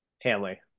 Hanley